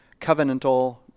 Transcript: covenantal